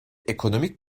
ekonomik